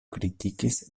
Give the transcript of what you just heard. kritikis